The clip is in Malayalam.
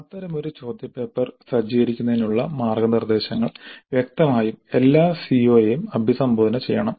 അത്തരമൊരു ചോദ്യപേപ്പർ സജ്ജീകരിക്കുന്നതിനുള്ള മാർഗ്ഗനിർദ്ദേശങ്ങൾ വ്യക്തമായും എല്ലാ സിഓയെയും അഭിസംബോധന ചെയ്യണം